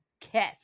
kiss